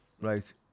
right